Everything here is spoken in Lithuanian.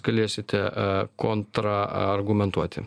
galėsite kontraargumentuoti